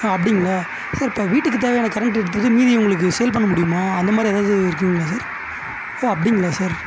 ஆ அப்படிங்களா சார் இப்போ வீட்டுக்கு தேவையான கரண்ட் எடுத்துக்கிட்டு மீதி உங்களுக்கு சேல் பண்ண முடியுமா அந்த மாதிரி ஏதாவது இருக்குதுங்களா சார் ஓ அப்படிங்களா சார்